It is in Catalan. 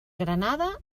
granada